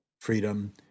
Freedom